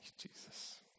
Jesus